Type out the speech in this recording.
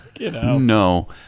No